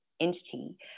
entity